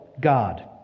God